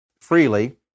freely